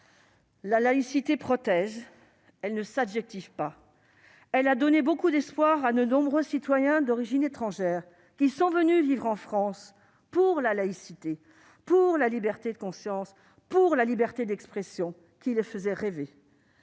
La laïcité protège, elle ne s'adjective pas ; elle a donné beaucoup d'espoirs à de nombreux citoyens d'origine étrangère qui sont venus vivre en France pour la laïcité, pour la liberté de conscience, pour la liberté d'expression qui les faisaient rêver.